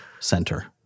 center